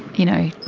you know,